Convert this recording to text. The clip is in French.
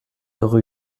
rue